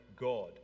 God